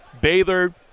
Baylor